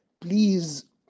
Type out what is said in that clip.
please